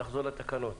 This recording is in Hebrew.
נחזור לתקנות.